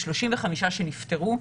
ו-35 שנפטרו,